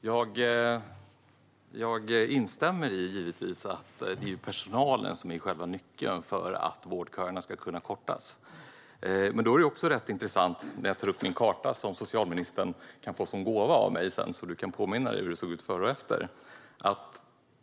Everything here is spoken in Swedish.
Herr talman! Jag instämmer givetvis i att det är personalen som är själva nyckeln för att vårdköerna ska kunna kortas. Men då är det också rätt intressant med den karta som jag har här. Socialministern kan få den som gåva av mig sedan så att hon kan påminna sig om hur det såg ut före och efter.